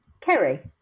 Kerry